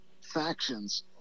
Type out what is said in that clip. factions